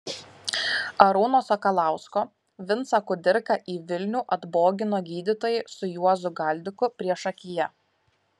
arūno sakalausko vincą kudirką į vilnių atbogino gydytojai su juozu galdiku priešakyje